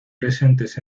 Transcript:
presentes